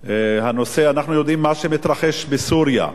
הנושא, אנחנו יודעים מה שמתרחש בסוריה וכמובן